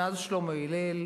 מאז ששלמה הלל,